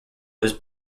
was